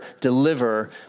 deliver